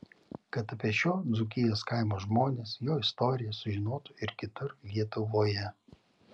kad apie šio dzūkijos kaimo žmones jo istoriją sužinotų ir kitur lietuvoje